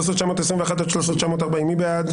13,821 עד 13,840, מי בעד?